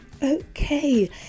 Okay